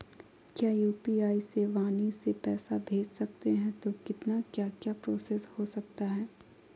क्या यू.पी.आई से वाणी से पैसा भेज सकते हैं तो कितना क्या क्या प्रोसेस हो सकता है?